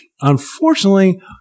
unfortunately